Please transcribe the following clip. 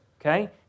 Okay